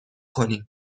کنیم